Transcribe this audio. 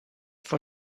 for